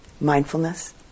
mindfulness